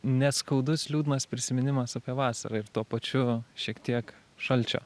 neskaudus liūdnas prisiminimas apie vasarą ir tuo pačiu šiek tiek šalčio